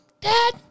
Dad